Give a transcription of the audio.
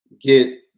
get